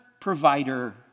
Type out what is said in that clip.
provider